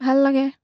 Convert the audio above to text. ভাল লাগে